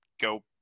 go